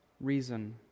reason